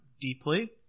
deeply